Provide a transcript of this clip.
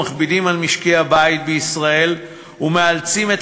המכבידים על משקי-הבית בישראל ומאלצים את